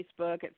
Facebook